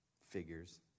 figures